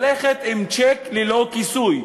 ללכת עם צ'ק ללא כיסוי,